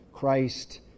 Christ